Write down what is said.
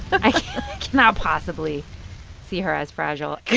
but i cannot possibly see her as fragile